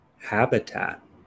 habitat